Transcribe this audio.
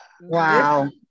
wow